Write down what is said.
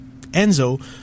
Enzo